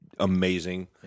Amazing